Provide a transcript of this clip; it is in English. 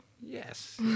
Yes